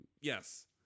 yes